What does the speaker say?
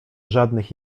żadnych